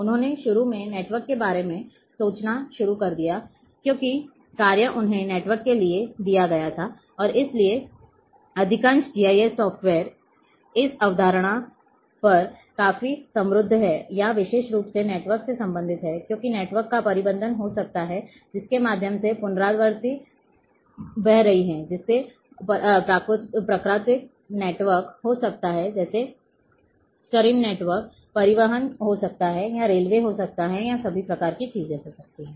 उन्होंने शुरू में नेटवर्क के बारे में सोचना शुरू कर दिया क्योंकि कार्य उन्हें नेटवर्क के लिए दिया गया था और इसलिए अधिकांश जीआईएस सॉफ्टवेअर इस अवधारणा पर काफी समृद्ध हैं या विशेष रूप से नेटवर्क से संबंधित हैं क्योंकि नेटवर्क का प्रबंधन हो सकता है जिसके माध्यम से पुनरावृत्तियां बह रही हैं जिसमें प्राकृतिक नेटवर्क हो सकता है जैसे स्ट्रीम नेटवर्क परिवहन हो सकता है या रेलवे हो सकता है या सभी प्रकार की चीजें हो सकती हैं